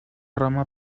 rama